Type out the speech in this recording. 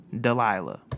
Delilah